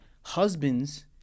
husbands